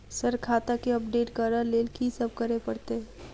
Sir खाता केँ update करऽ लेल की सब करै परतै?